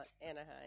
Anaheim